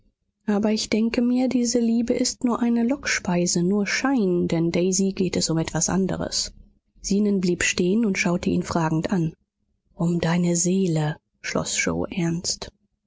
aber ich denke mir diese liebe ist nur eine lockspeise nur schein denn daisy geht es um etwas anderes zenon blieb stehen und schaute ihn fragend an um deine seele schloß yoe ernst